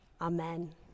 Amen